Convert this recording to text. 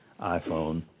iPhone